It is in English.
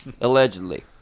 Allegedly